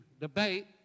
debate